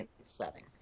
setting